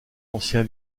ancien